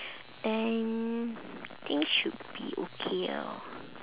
then think should be okay ah